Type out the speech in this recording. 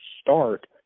start